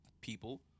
people